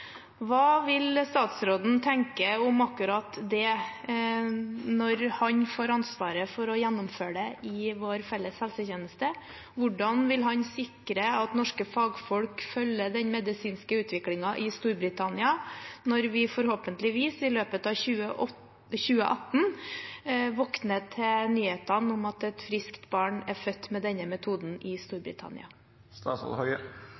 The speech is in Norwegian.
Hva vil statsråden tenke om akkurat det når han får ansvaret for å gjennomføre det i vår felles helsetjeneste? Hvordan vil han sikre at norske fagfolk følger den medisinske utviklingen i Storbritannia, når vi – forhåpentligvis – i løpet av 2018 våkner til nyheten om at et friskt barn er født som følge av denne metoden i